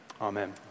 amen